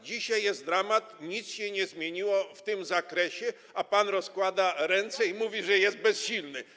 Dzisiaj jest dramat, nic się nie zmieniło w tym zakresie, a pan rozkłada ręce i mówi, że jest bezsilny.